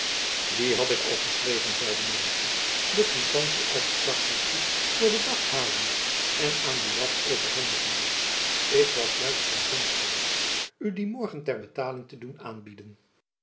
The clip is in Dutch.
die had ik al geschreven zeide nyssen de kwitantie uit het zakboekjen voor den dag halende en aan buat overhandigende ik was juist van zins geweest u die morgen ter betaling te doen aanbieden